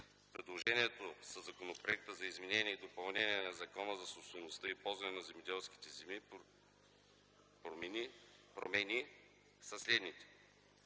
Предложените със Законопроекта за изменение и допълнение на Закона за собствеността и ползването на земеделските земи промени са следните: